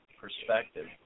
perspective